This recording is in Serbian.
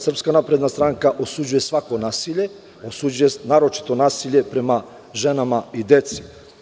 Srpska napredna stranka osuđuje svako nasilje, a osuđuje naročito nasilje prema ženama i deci.